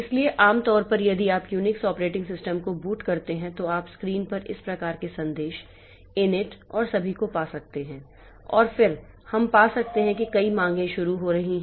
इसलिए आम तौर पर यदि आप UNIX ऑपरेटिंग सिस्टम को बूट करते हैं तो आप स्क्रीन पर इस प्रकार के संदेश इनिट और सभी को पा सकते हैं और फिर हम पा सकते हैं कि कई मांगें शुरू हो रही हैं